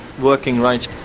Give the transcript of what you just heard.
working rights.